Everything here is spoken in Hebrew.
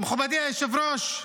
מכובדי היושב-ראש,